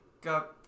got